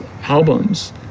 albums